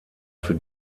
für